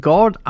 God